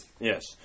Yes